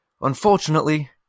unfortunately